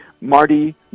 Marty